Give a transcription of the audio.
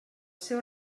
seu